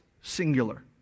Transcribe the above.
singular